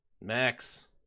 Max